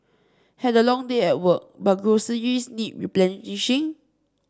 had a long day at work but groceries need replenishing